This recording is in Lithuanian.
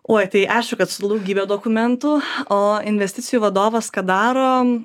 oi tai aišku kad su daugybe dokumentų o investicijų vadovas ką darom